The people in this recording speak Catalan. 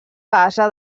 base